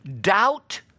doubt